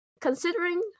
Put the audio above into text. considering